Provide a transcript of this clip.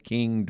King